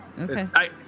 Okay